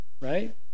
Right